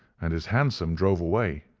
and his hansom drove away.